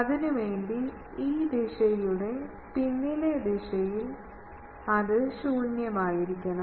അതിനുവേണ്ടി ഈ ദിശയുടെ പിന്നിലെ ദിശയിൽ അത് ശൂന്യമായിരിക്കണം